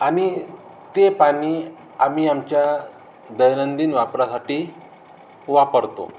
आणि ते पाणी आम्ही आमच्या दैनंदिन वापरासाठी वापरतो